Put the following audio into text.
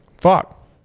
Fuck